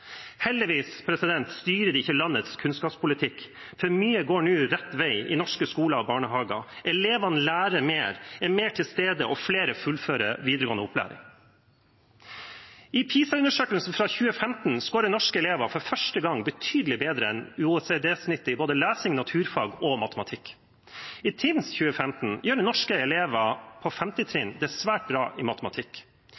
Heldigvis styrer de ikke landets kunnskapspolitikk, for mye går nå rett vei i norske skoler og barnehager. Elevene lærer mer, er mer til stede, og flere fullfører videregående opplæring. I PISA-undersøkelsen fra 2015 skårer norske elever for første gang betydelig bedre enn OECD-snittet i både lesing, naturfag og matematikk. I TIMSS 2015 gjør norske elever på